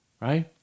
Right